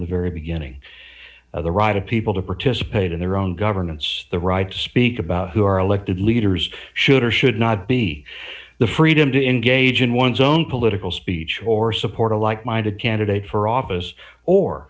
the very beginning of the right of people to participate in their own governance the right to speak about who our elected leaders should or should not be the freedom to engage in one's own political speech or support a like minded candidate for office or